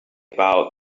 about